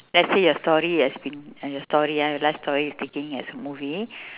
let's say your story has been uh story ah your life story is taken as a movie